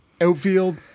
outfield